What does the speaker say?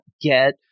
get